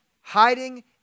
hiding